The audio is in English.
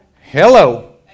Hello